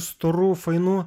storų fainų